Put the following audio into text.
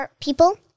people